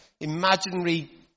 imaginary